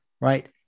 right